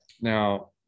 Now